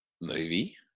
movie